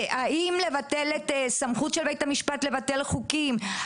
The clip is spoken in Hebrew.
האם לבטל את הסמכות של בית המשפט לבטל חוקים,